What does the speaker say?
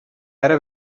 ara